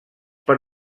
per